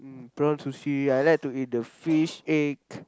mm prawn sushi I like to eat the fish egg